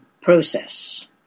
process